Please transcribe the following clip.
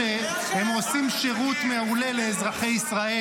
אין לו מושג מה כתוב בחוברת התקציב.